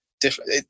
different